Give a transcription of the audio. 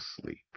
sleep